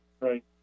Right